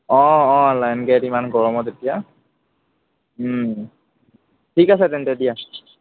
অ অ লাইন গাড়ীত ইমান গৰমত এতিয়া ঠিক আছে তেন্তে দিয়া